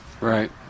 Right